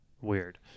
Weird